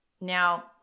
Now